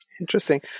Interesting